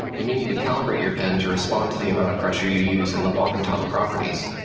you may need to calibrate your pen to respond to the amount of pressure you use in the wacom tablet properties.